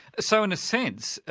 so in a sense,